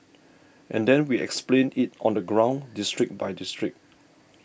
and then we explained it on the ground district by district